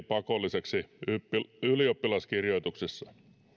pakolliseksi ylioppilaskirjoituksissa